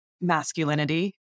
masculinity